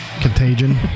contagion